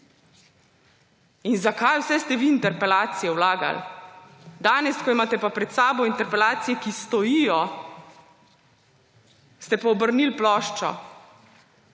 In za kaj vse ste vi interpelacijo vlagali! Danes, ko imate pa pred sabo interpelacije, ki stojijo, ste pa obrnili ploščo,